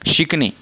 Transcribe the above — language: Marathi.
शिकणे